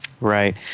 right